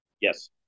yes